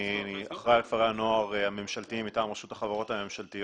אני אחראי על כפרי הנוער הממשלתיים מטעם רשות החברות הממשלתיות,